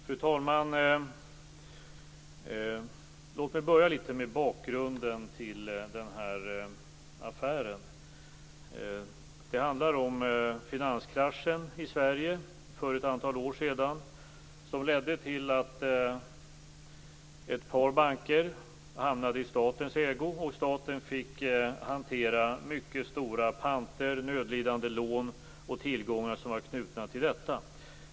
Fru talman! Låt mig börja med bakgrunden till denna affär. Det handlar om finanskraschen i Sverige för ett antal år sedan, som ledde till att ett par banker hamnade i statens ägo och att staten fick hantera mycket stora panter, nödlidande lån och tillgångar som var knutna till detta.